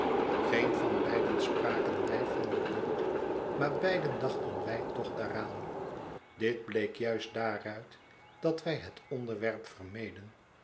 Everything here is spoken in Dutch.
geen van beiden spraken wij van de boot maar beiden dachten wij toch daaraan dit bleek juist daaruit dat wij het onderwerp vermeden